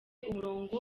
umurongo